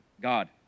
God